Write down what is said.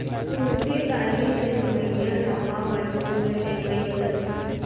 तुरते ताही जनमइया नवा बछरू ल लेवई कथें